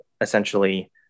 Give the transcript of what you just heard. essentially